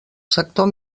sector